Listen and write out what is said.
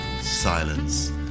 silence